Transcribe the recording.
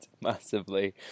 massively